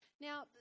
Now